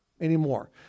anymore